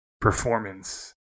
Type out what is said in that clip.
performance